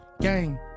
Gang